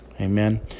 Amen